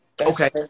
Okay